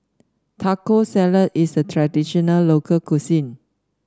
Taco Salad is a traditional local cuisine